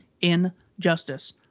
Injustice